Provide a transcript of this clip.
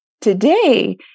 today